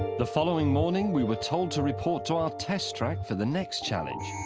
the following morning, we were told to report to our test track for the next challenge.